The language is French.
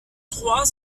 trois